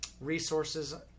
resources